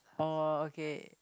oh okay